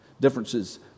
differences